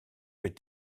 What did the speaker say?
vais